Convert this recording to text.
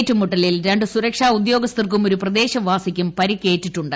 ഏറ്റുമൂട്ടലിൽ രണ്ട് സുരക്ഷാ ഉദ്യോഗസ്ഥർക്കും ഒരു പ്രദേശവാസിക്കും പരിക്കേറ്റിറ്റുണ്ട്